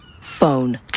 Phone